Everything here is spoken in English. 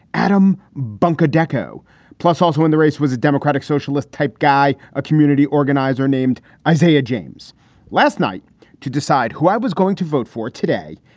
adam bunker decco plus also in the race, was a democratic socialist type guy, a community organizer named isaiah james last night to decide who i was going to vote for today.